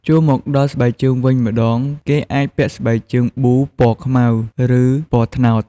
ចូលមកដល់ស្បែកជើងវិញម្ដង គេអាចពាក់ស្បែកជើងប៊ូពណ៌ខ្មៅ ឬ ពណ៌ត្នោត។